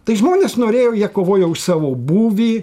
tai žmonės norėjo jie kovojo už savo būvį